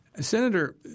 Senator